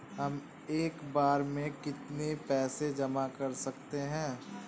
हम एक बार में कितनी पैसे जमा कर सकते हैं?